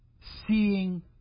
Seeing